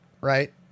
Right